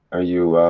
are you.